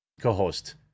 co-host